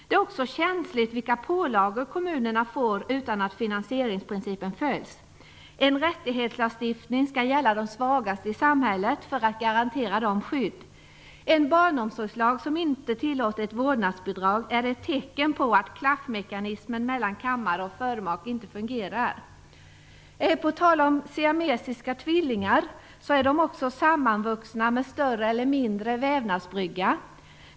Det är också känsligt vilka pålagor kommunerna får utan att finansieringsprincipen följs. En rättighetslagstiftning skall gälla de svagaste i samhället för att garantera dem skydd. En barnomsorgslag som inte tillåter ett vårdnadsbidrag är ett tecken på att klaffmekanismen mellan kammare och förmak inte fungerar. På tal om siamesiska tvillingar är dessa också sammanvuxna med större eller mindre vävnadsbrygga.